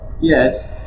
Yes